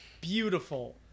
beautiful